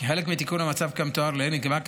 כחלק מתיקון המצב כמתואר לעיל נקבע כי